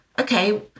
okay